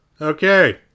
Okay